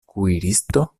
kuiristo